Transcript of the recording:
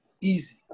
Easy